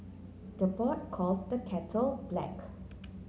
the pot calls the kettle black